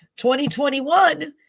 2021